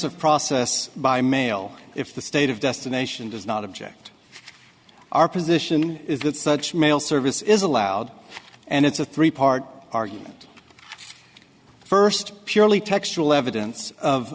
of process by mail if the state of destination does not object our position is that such mail service is allowed and it's a three part argument first purely textual evidence of